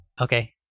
Okay